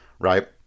right